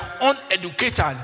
uneducated